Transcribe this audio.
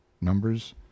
numbers